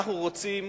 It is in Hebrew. אנחנו רוצים